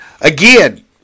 Again